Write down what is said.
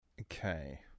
Okay